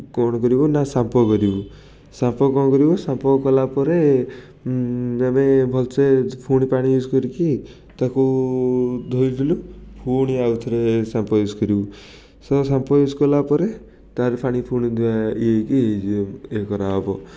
କ'ଣ କରିବୁ ନା ସାମ୍ପୁ କରିବୁ ସାମ୍ପୁ କ'ଣ କରିବୁ ସାମ୍ପୁ କଲାପରେ ଆମେ ଭଲସେ ପୁଣି ପାଣି ୟୁଜ୍ କରିକି ତାକୁ ଧୋଇଦେଲୁ ପୁଣି ଆଉଥରେ ସାମ୍ପୁ ୟୁଜ୍ କରିବୁ ସାମ୍ପୁ ୟୁଜ୍ କଲାପରେ ତା'ର ପାଣି ପୁଣି ଧୁଆ ଇଏ ହେଇକି ଇଏ କରାହବ